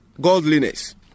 godliness